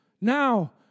Now